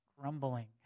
grumbling